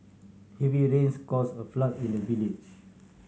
heavy rains caused a flood in the village